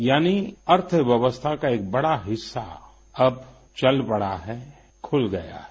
यानी अर्थव्यवस्था का एक बड़ा हिस्सा अब चल पड़ा है खुल गया है